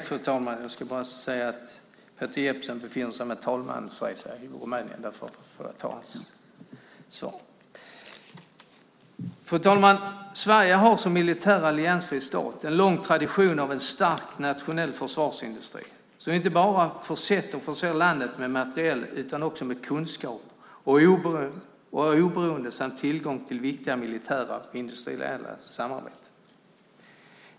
Fru talman! Sverige har som militärt alliansfri stat en lång tradition av en stark nationell försvarsindustri, som har försett och förser landet inte bara med materiel utan också med kunskap och oberoende samt tillgång till viktiga militära industriella samarbeten.